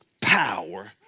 power